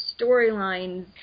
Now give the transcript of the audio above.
storylines